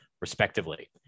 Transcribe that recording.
respectively